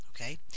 Okay